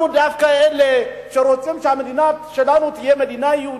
אנחנו דווקא אלה שרוצים שהמדינה שלנו תהיה מדינה יהודית,